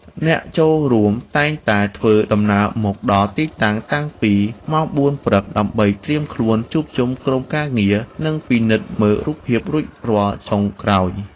អ្នកចូលរួមតែងតែធ្វើដំណើរមកដល់ទីតាំង តាំងពីម៉ោង ៤ ព្រឹក ដើម្បីត្រៀមខ្លួន ជួបជុំក្រុមការងារ និងពិនិត្យមើលភាពរួចរាល់ចុងក្រោយ។